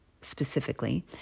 specifically